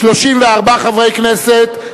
34 חברי הכנסת,